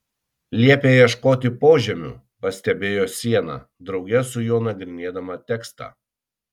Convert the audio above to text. liepia ieškoti požemių pastebėjo siena drauge su juo nagrinėdama tekstą